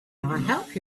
help